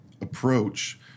approach